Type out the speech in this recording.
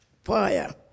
fire